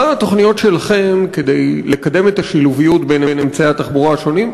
מה התוכניות שלכם כדי לקדם את השילוביות בין אמצעי התחבורה השונים,